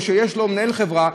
או שהוא מנהל חברה,